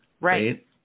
Right